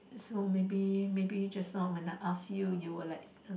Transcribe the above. so maybe maybe just now when I ask you you'll like uh